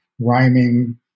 rhyming